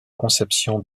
conceptions